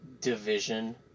division